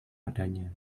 padanya